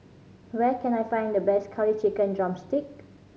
where can I find the best Curry Chicken drumstick